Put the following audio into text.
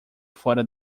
fora